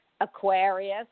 Aquarius